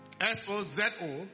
S-O-Z-O